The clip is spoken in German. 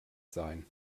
sein